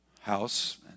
house